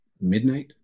midnight